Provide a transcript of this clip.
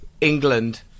England